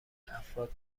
افراد